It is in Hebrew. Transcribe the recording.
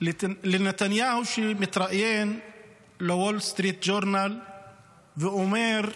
לנתניהו שמתראיין לוול-סטריט ג'ורנל ואומר: